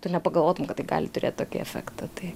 tu nepagalvotum kad tai gali turėti tokį efektą tai